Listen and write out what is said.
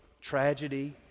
tragedy